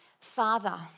Father